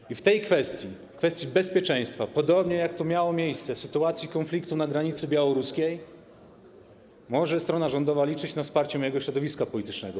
I w tej kwestii, w kwestii bezpieczeństwa, podobnie jak to miało miejsce w sytuacji konfliktu na granicy białoruskiej, strona rządowa może liczyć na wsparcie mojego środowiska politycznego.